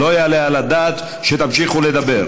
לא יעלה על הדעת שתמשיכו לדבר.